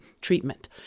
treatment